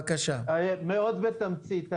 מאוד בתמצית.